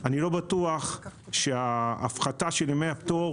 אני לא בטוח שההפחתה של ימי הפטור